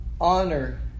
honor